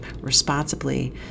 responsibly